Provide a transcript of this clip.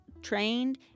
trained